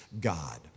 God